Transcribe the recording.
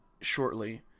shortly